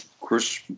Chris